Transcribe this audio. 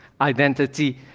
identity